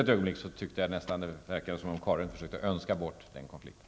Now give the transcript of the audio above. Ett ögonblick föreföll det som att Karin Israelsson försökte önska bort den nyss nämnda konflikten.